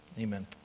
Amen